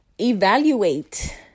evaluate